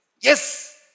Yes